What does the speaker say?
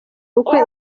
ubukwe